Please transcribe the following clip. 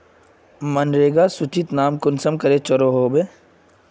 मनरेगा सूचित नाम कुंसम करे चढ़ो होबे?